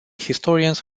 historians